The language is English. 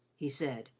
he said,